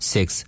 Six